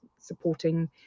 supporting